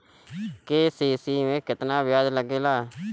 KCC में केतना ब्याज लगेला?